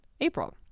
april